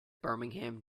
birmingham